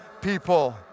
people